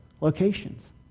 locations